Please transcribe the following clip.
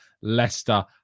Leicester